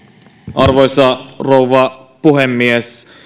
arvoisa rouva puhemies